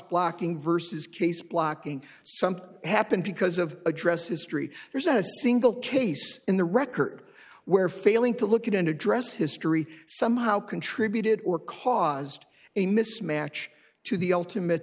blocking vs case blocking something happened because of address history there's not a single case in the record where failing to look at and address history somehow contributed or caused a mismatch to the ultimate